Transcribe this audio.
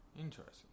interesting